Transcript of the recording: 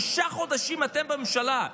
שישה חודשים אתם בממשלה,